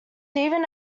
even